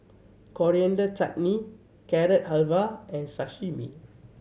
Coriander Chutney Carrot Halwa and Sashimi